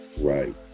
Right